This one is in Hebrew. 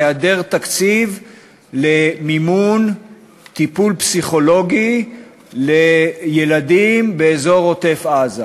היעדר תקציב למימון טיפול פסיכולוגי לילדים באזור עוטף-עזה.